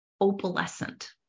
opalescent